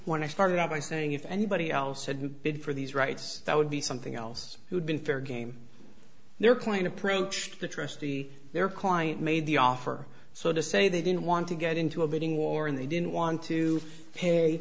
when i started out by saying if anybody else had to bid for these rights that would be something else who'd been fair game their client approached the trustee their client made the offer so to say they didn't want to get into a bidding war and they didn't want to pay